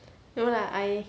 no lah I